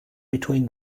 between